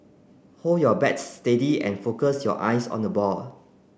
hold your bat steady and focus your eyes on the ball